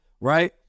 right